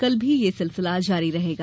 कल भी यह सिलसिला जारी रहेगा